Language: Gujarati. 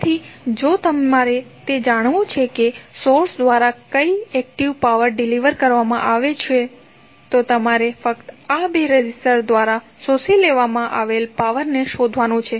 તેથી જો તમારે તે જાણવું છે કે સોર્સ દ્વારા કઈ એક્ટીવ પાવર ડિલીવર કરવામાં આવ્યો છે તો તમારે ફક્ત આ બે રેઝિસ્ટન્સ દ્વારા શોષી લેવામાં આવેલ પાવરને શોધવાનું રહેશે